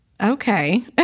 Okay